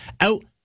out